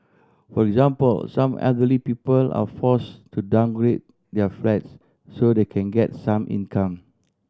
for example some elderly people are forced to downgrade their flats so that they can get some income